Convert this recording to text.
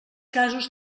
casos